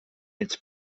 its